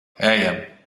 ejam